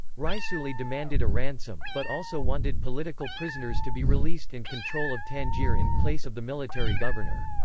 raisuli demanded a ransom, but also wanted political prisoners to be released and control of tangier in place of the military governor.